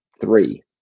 Three